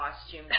costume